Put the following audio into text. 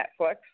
Netflix